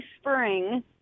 spring